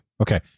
Okay